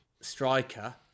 striker